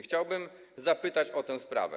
Chciałbym zapytać o tę sprawę.